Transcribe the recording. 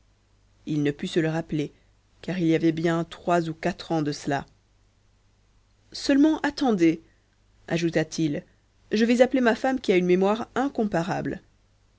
il ne put se le rappeler car il y avait bien trois ou quatre ans de cela seulement attendez ajouta-t-il je vais appeler ma femme qui a une mémoire incomparable